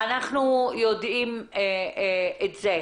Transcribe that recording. אנחנו יודעים את זה.